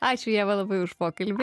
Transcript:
ačiū ieva labai už pokalbį